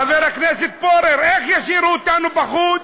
חבר הכנסת פורר, איך ישאירו אותנו בחוץ?